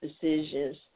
decisions